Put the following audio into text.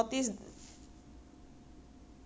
my tortoise died I got a new one two months later